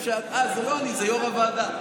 אה, זה לא אני, זה יו"ר הוועדה.